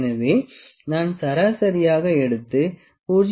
எனவே நான் சராசரியாக எடுத்து 0